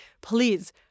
Please